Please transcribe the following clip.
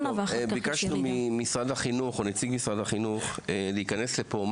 ביקשנו ממשרד החינוך או נציג משרד החינוך להיכנס לפה,